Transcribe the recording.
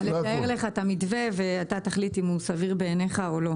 אני רוצה לתאר לך את המתווה ואתה תחליט אם הוא סביר בעיניך או לא.